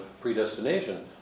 predestination